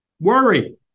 Worry